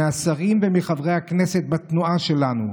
מהשרים ומחברי הכנסת בתנועה שלנו,